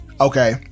Okay